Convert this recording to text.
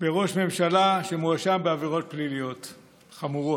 בראש ממשלה שמואשם בעבירות פליליות חמורות.